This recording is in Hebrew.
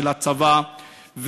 של הצבא,